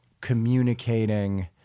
communicating